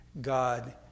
God